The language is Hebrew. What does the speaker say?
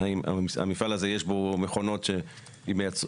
אם לדוגמה יש עכשיו מפעל מזון שעובר את הספים,